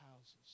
houses